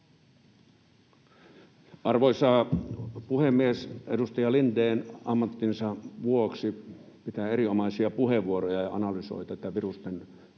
Arvoisa puhemies! Edustaja Lindén ammattinsa vuoksi pitää erinomaisia puheenvuoroja ja analysoi tätä viruksen